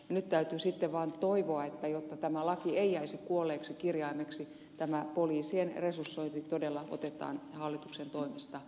nyt täytyy sitten vaan toivoa että jotta tämä laki ei jäisi kuolleeksi kirjaimeksi tämä poliisien resursointi todella otetaan hallituksen toimista